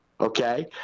okay